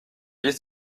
vis